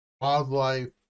wildlife